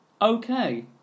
okay